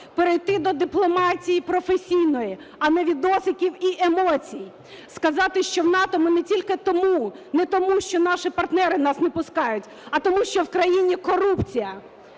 перейти до дипломатії професійної, а не відосиків і емоцій, сказати, що в НАТО ми не тільки тому... не тому, що наші партнери нас не пускають, а тому що в країні корупція,